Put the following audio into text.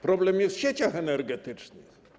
Problem jest w sieciach energetycznych.